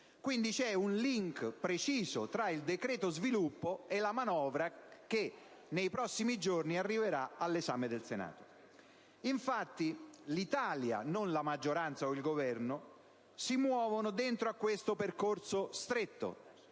Quindi, c'è un *link* preciso tra il decreto sviluppo e la manovra che nei prossimi giorni arriverà all'esame del Senato. Infatti, l'Italia - non la maggioranza, o il Governo - si muove in uno stretto percorso: